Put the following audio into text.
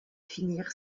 finir